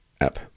app